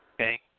Okay